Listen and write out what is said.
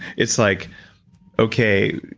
it's like okay,